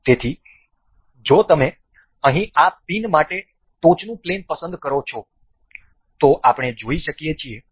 તેથી જો તમે અહીં આ પિન માટે ટોચનું પ્લેન પસંદ કરો તો આપણે જોઈ શકીએ છીએ